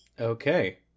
Okay